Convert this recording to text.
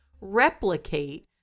replicate